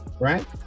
Right